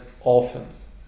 orphans